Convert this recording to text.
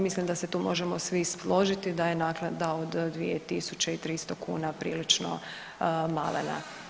Mislim da se tu možemo svi složiti da je naknada od 2.300 prilično malena.